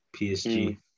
PSG